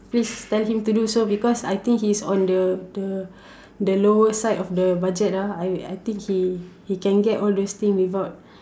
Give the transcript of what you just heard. please tell him to do so because I think he's on the the the lower side of the budget ah I I think he can get all those things without